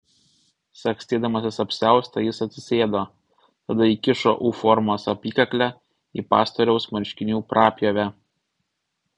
sagstydamasis apsiaustą jis atsisėdo tada įkišo u formos apykaklę į pastoriaus marškinių prapjovę